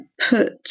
put